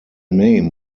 name